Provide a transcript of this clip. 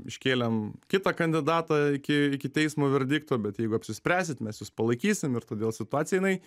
iškėlėm kitą kandidatą iki iki teismo verdikto bet jeigu apsispręsit mes jus palaikysim ir todėl situacija jinai